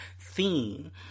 theme